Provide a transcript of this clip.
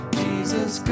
jesus